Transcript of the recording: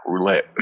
Roulette